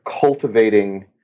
cultivating